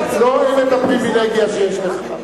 אגבאריה, לא רואים את הפריווילגיה שיש לך.